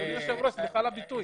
סליחה על הביטוי.